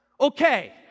Okay